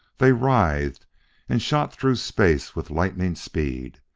they writhed and shot through space with lightning speed.